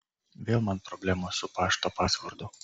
vėl man problemos su pašto pasvordu